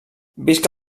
visca